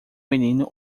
menino